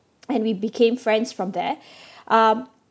and we became friends from there um